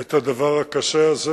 את הדבר הקשה הזה.